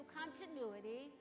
continuity